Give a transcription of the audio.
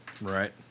Right